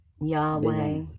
Yahweh